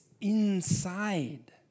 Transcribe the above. inside